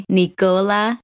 nicola